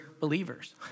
believers